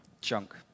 junk